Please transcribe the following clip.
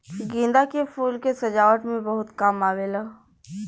गेंदा के फूल के सजावट में बहुत काम आवेला